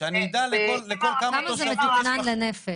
כמה זה מתוקנן לנפש?